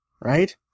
right